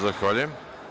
Zahvaljujem.